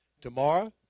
Tomorrow